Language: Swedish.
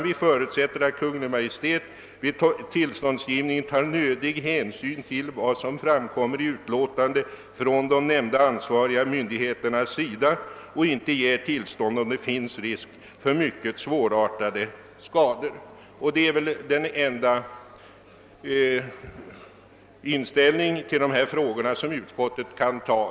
Vi förutsätter i stället att Kungl. Maj:t vid tillståndsgivningen tar nödig hänsyn till vad som framkommer i utlåtandena från de ansvariga myndigheterna och inte ger tillstånd, om det finns risk för mycket svårartade skador. Detta är väl den enda ståndpunkt till dessa frågor som utskottet kan ta.